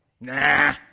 Nah